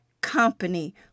company